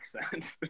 accent